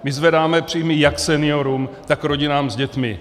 My zvedáme příjmy jak seniorům, tak rodinám s dětmi.